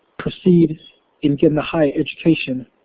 proceed in getting a higher education.